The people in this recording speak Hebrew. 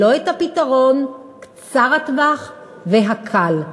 לא את הפתרון קצר-הטווח והקל.